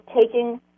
taking